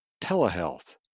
telehealth